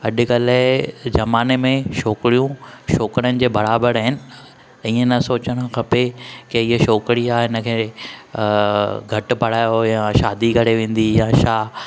अॼुकल्ह जे ज़माने में छोकिरियूं छोकिरनि जे बराबरु आहिनि हीअं न सोचणु खपे की हीअ छोकिरी आहे हिन खे घटि पढ़ायो या शादी करे वेंदी या छा